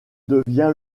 devient